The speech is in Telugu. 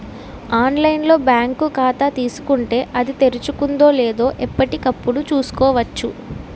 ఆన్లైన్ లో బాంకు ఖాతా తీసుకుంటే, అది తెరుచుకుందో లేదో ఎప్పటికప్పుడు చూసుకోవచ్చు